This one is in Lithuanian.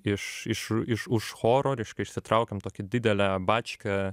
iš iš iš už choro reiškia išsitraukėm tokią didelę bačką